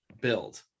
build